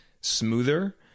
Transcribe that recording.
smoother